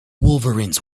wolverines